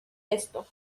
esto